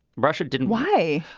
russia didn't. why?